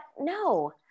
no